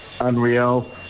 unreal